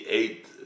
eight